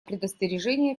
предостережение